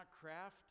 craft